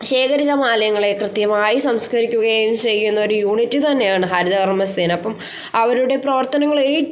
ശേഖരിത മാലിന്യങ്ങളെ കൃത്യമായി സംസ്കരിക്കുകയും ചെയ്യുന്ന ഒരു യൂണിറ്റ് തന്നെയാണ് ഹരിതകർമ്മസേന അപ്പം അവരുടെ പ്രവർത്തനങ്ങൾ ഏറ്റവും